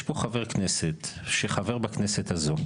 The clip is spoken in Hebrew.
יש פה חבר כנסת שחבר בכנסת הזו,